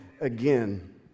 again